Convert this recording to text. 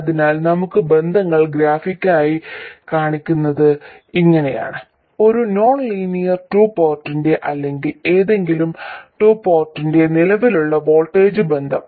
അതിനാൽ നമുക്ക് ബന്ധങ്ങൾ ഗ്രാഫിക്കായി കാണിക്കുന്നത് ഇങ്ങനെയാണ് ഒരു നോൺലീനിയർ ടു പോർട്ടിന്റെ അല്ലെങ്കിൽ ഏതെങ്കിലും ടു പോർട്ടിന്റെ നിലവിലെ വോൾട്ടേജ് ബന്ധം